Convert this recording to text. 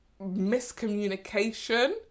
miscommunication